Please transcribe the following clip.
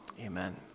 Amen